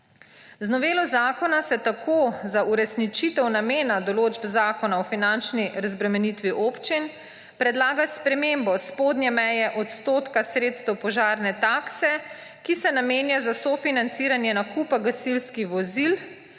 Z novelo zakona se tako za uresničitev namena določb Zakona o finančni razbremenitvi občin predlaga spremembo spodnje meje odstotka sredstev požarne takse, ki se namenja za sofinanciranje nakupa gasilskih vozil